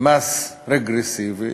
מס רגרסיבי.